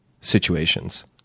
situations